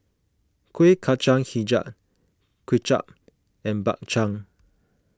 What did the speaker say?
Kueh Kacang HiJau Kway Chap and Bak Chang